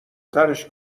ترِش